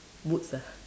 boots ah